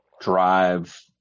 drive